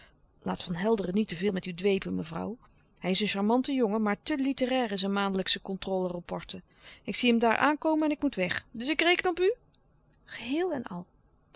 laat van helderen niet te veel met u dwepen mevrouw hij is een charmante jongen maar te litterair in zijn maandelijksche contrôle rapporten ik zie hem daar aankomen en ik moet weg dus ik reken op u louis couperus de stille kracht geheel en al